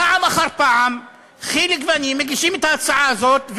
פעם אחר פעם חיליק ואני מגישים את ההצעה הזאת,